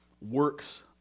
works